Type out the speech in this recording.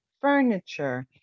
furniture